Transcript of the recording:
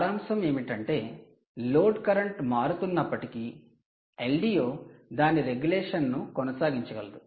సారాంశం ఏమిటి అంటే లోడ్ కరెంట్ మారుతున్నప్పటికీ LDO దాని రెగ్యులేషన్ ను కొనసాగించగలదు